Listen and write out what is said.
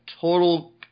total